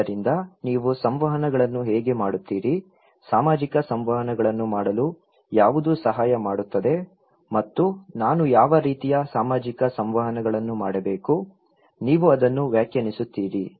ಆದ್ದರಿಂದ ನೀವು ಸಂವಹನಗಳನ್ನು ಹೇಗೆ ಮಾಡುತ್ತೀರಿ ಸಾಮಾಜಿಕ ಸಂವಹನಗಳನ್ನು ಮಾಡಲು ಯಾವುದು ಸಹಾಯ ಮಾಡುತ್ತದೆ ಮತ್ತು ನಾನು ಯಾವ ರೀತಿಯ ಸಾಮಾಜಿಕ ಸಂವಹನಗಳನ್ನು ಮಾಡಬೇಕು ನೀವು ಅದನ್ನು ವ್ಯಾಖ್ಯಾನಿಸುತ್ತೀರಿ